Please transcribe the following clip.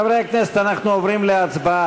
חברי הכנסת, אנחנו עוברים להצבעה.